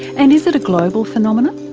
and is it a global phenomena?